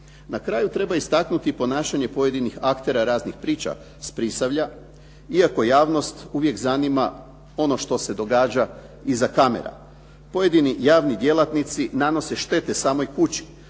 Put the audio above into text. Na kraju treba istaknuti i ponašanje pojedinih aktera raznih priča s Prisavlja, iako javnost uvijek zanima ono što se događa iza kamera. Pojedini javni djelatnici nanose štete samoj kući